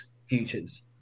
Futures